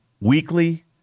Weekly